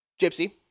Gypsy